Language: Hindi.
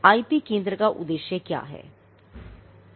आईपी केंद्र का उद्देश्य क्या है